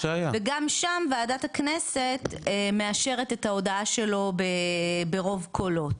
וגם שם ועדת הכנסת מאשרת את ההודעה שלו ברוב קולות,